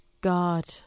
God